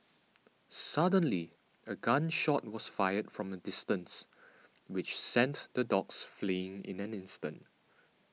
suddenly a gun shot was fired from a distance which sent the dogs fleeing in an instant